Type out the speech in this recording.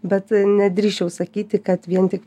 bet nedrįsčiau sakyti kad vien tik